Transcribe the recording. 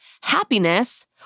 Happiness